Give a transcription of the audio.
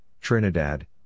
Trinidad